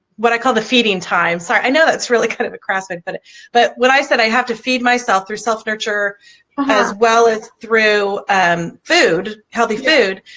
what i call the feeding time sorry i know it's really kind of a craftsman but but what i said that i have to feed myself through self-nurture as well as through um food, healthy food,